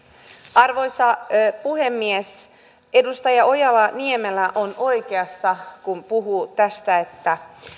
arvoisa puhemies edustaja ojala niemelä on oikeassa kun puhuu tästä että